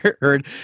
heard